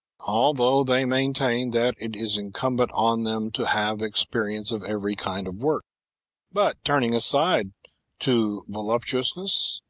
although they maintain that it is incumbent on them to have experience of every kind of work but, turning aside to voluptuousness,